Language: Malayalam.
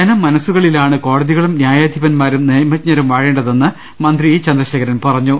ജനമനസ്സുകളിലാണ് കോടതികളും നൃായാധിപന്മാരും നിയമജ്ഞരും വാഴേണ്ട തെന്ന് മന്ത്രി ഇ ചന്ദ്രശേഖരൻ പറഞ്ഞു